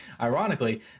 ironically